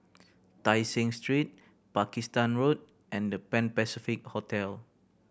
Tai Seng Street Pakistan Road and The Pan Pacific Hotel